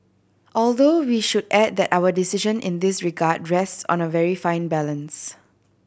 although we should add that our decision in this regard rest on a very fine balance